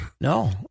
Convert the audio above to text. No